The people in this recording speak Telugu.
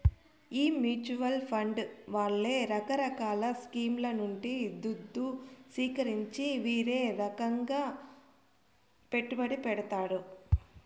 ఈ మూచువాల్ ఫండ్ వాళ్లే రకరకాల స్కీంల నుండి దుద్దు సీకరించి వీరే రకంగా పెట్టుబడి పెడతారు